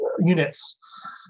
units